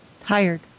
Tired